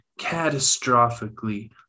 catastrophically